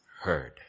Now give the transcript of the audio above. heard